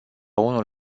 unul